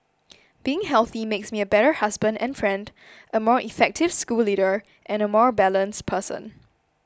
being healthy makes me a better husband and friend a more effective school leader and a more balanced person